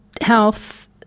health